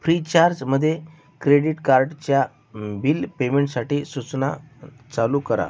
फ्रीचार्चमध्ये credit कार्डच्या bill पेमेंटसाटी सूचना चालू करा